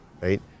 right